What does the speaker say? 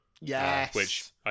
Yes